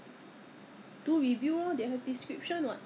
ah 因为它飞进来 because of the COVID right